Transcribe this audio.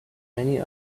many